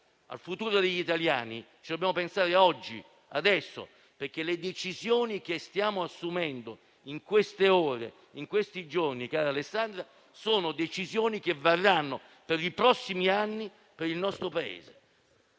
Al futuro degli italiani ci dobbiamo pensare oggi, adesso, perché le decisioni che stiamo assumendo in queste ore, in questi giorni, varranno per i prossimi anni per il nostro Paese.